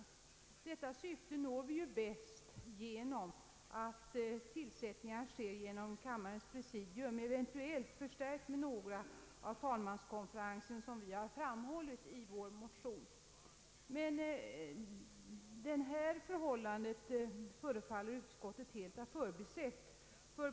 Detta syfte nås bäst genom att tillsättningar sker genom kammarens presidium, eventuellt förstärkt med medlemmar av talmanskonferensen. Utskottet förefaller helt ha förbisett detta förhållande.